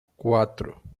cuatro